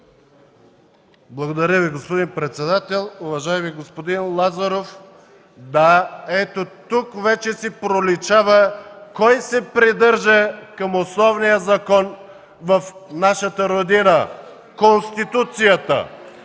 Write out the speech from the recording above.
Благодаря Ви, господин председател. Уважаеми господин Лазаров, да, ето тук вече си проличава кой се придържа към основния закон в нашата родина – Конституцията,